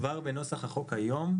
שכבר בנוסח החוק היום,